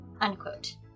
unquote